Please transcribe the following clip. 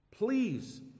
Please